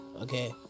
okay